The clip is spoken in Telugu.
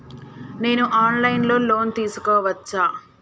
నేను ఆన్ లైన్ లో లోన్ తీసుకోవచ్చా?